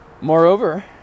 Moreover